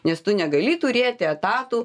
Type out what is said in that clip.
nes tu negali turėti etatų